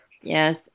Yes